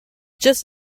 just